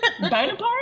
Bonaparte